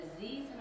disease